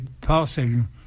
passing